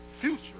Future